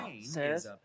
says